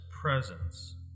presence